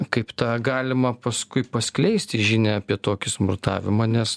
kaip tą galima paskui paskleisti žinią apie tokį smurtavimą nes